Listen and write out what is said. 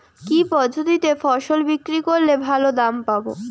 কি পদ্ধতিতে ফসল বিক্রি করলে ভালো দাম পাব?